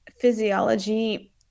physiology